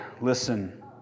Listen